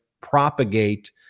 propagate